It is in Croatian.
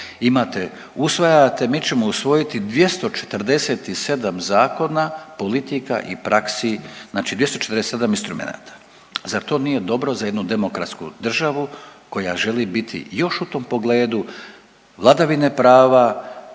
imate, usvajate, mi ćemo usvojiti 247 zakona, politika i praksi, znači 247 instrumenata. Zar to nije dobro za jednu demokratsku državu koja želi biti još u tom pogledu vladavine prava,